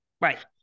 Right